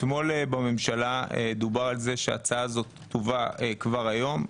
אתמול בממשלה דובר על זה שההצעה הזו תובא כבר היום,